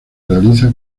realiza